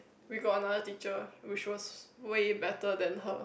we got another teacher which was way better than her